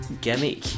gimmick